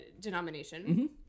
denomination